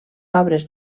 obres